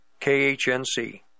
KHNC